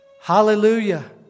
Hallelujah